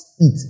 eat